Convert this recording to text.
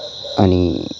अनि